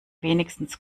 wenigstens